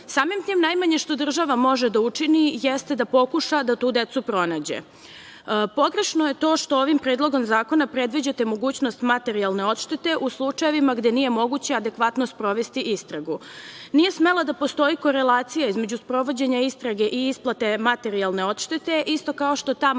Samim tim, najmanje što država može da učini jeste da pokuša da tu decu pronađe. Pogrešno je to što ovim predlogom zakona predviđate mogućnost materijalne odštete u slučajevima gde nije moguće adekvatno sprovesti istragu. Nije smela da postoji korelacija između sprovođenja istrage i isplate materijalne odštete isto kao što ta materijalna